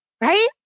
Right